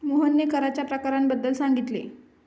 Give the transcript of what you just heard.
मोहनने कराच्या प्रकारांबद्दल सांगितले